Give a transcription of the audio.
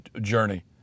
journey